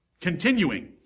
Continuing